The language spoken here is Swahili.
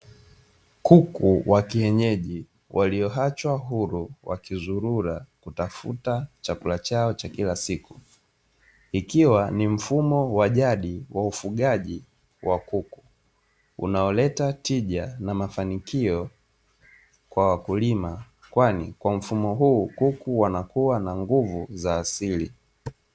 Kuku wa kienyeji, walioachwa huru wakizurula kutafuta chakula chao cha kila siku, ikiwa ni mfumo wa jadi wa ufugaji wa kuku unaoleta tija na mafanikio kwa wakulima, kwani kwa mfumo huu kuku wanakuwa na nguvu za asili.